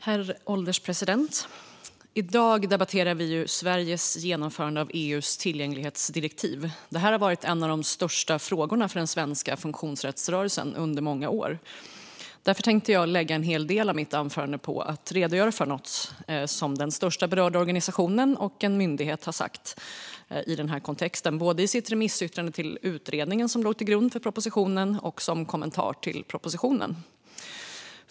Herr ålderspresident! I dag debatterar vi Sveriges genomförande av EU:s tillgänglighetsdirektiv. Detta har varit en av de största frågorna för den svenska funktionsrättsrörelsen under många år. Därför tänkte jag lägga en stor del av mitt anförande på att redogöra för något som den största berörda organisationen och en myndighet har sagt i denna kontext, både i remissyttranden till utredningen som låg till grund för propositionen och som kommentar till propositionen.